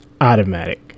Automatic